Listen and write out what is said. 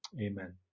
amen